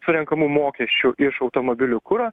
surenkamų mokesčių iš automobilių kuro